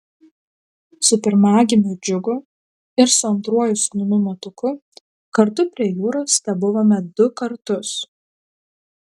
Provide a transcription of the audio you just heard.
su pirmagimiu džiugu ir su antruoju sūnumi matuku kartu prie jūros tebuvome du kartus